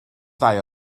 ddau